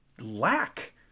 lack